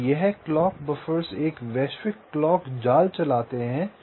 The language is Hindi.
और यह क्लॉक बफ़र्स एक वैश्विक क्लॉक जाल चलाते हैं